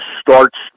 starts